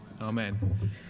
Amen